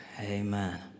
Amen